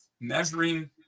measuring